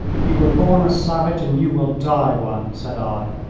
you were born a savage and you will die one, said i.